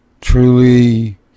truly